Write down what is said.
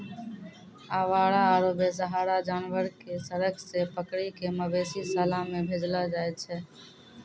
आवारा आरो बेसहारा जानवर कॅ सड़क सॅ पकड़ी कॅ मवेशी शाला मॅ भेजलो जाय छै